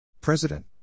President